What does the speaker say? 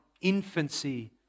infancy